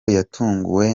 yatunguwe